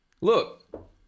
Look